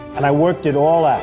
and i worked it all out.